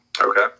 okay